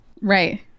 Right